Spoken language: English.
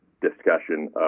discussion